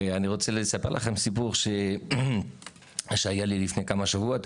ואני רוצה לספר לכם סיפור שהיה לי לפני כמה שבועות.